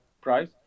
price